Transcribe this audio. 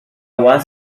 was